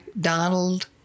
Donald